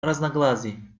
разногласий